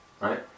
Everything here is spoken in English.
Right